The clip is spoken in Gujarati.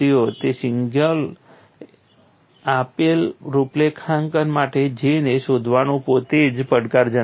તે સિવાય આપેલ રૂપરેખાંકન માટે J ને શોધવાનું પોતે જ પડકારજનક છે